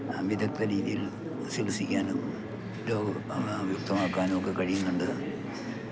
വിദഗ്ത രീതിയിൽ ചികിൽസിക്കാനും രോഗം വിമുക്തമാക്കാനും ഒക്കെ കഴിയുന്നുണ്ട്